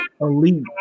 Elite